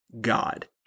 God